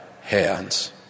hands